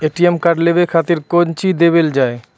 ATM card लेवे के खातिर कौंची देवल जाए?